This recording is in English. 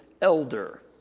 elder